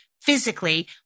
Physically